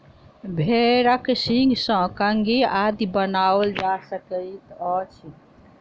भेंड़क सींगसँ कंघी आदि बनाओल जा सकैत अछि